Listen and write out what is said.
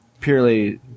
purely